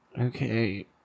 Okay